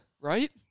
right